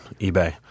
eBay